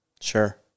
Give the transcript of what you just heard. Sure